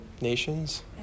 Nations